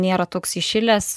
nėra toks įšilęs